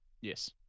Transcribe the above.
Yes